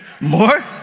More